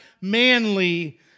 manly